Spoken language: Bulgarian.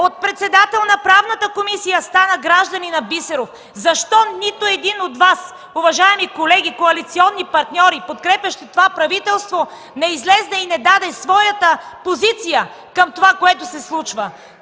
от председател на Правната комисия, стана гражданинът Бисеров? Защо нито един от Вас, уважаеми колеги – коалиционни партньори, подкрепящи това правителство, не излезе и не даде своята позиция към това, което се случва?